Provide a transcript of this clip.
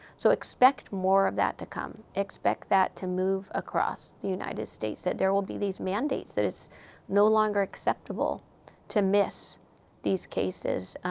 so expect more of that to come. expect that to move across the united states, that there will be these mandates that it is no longer acceptable to miss these cases.